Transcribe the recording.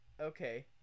Okay